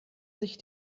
sich